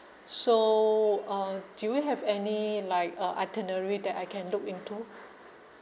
so uh do you have any like uh itinerary that I can look into